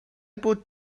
bod